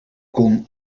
kon